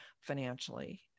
financially